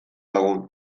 lagun